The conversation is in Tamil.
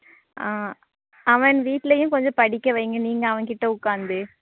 ஆ அவன் வீட்டுலேயும் கொஞ்சம் படிக்க வையுங்கள் நீங்கள் அவங்கிட்டே உட்காந்து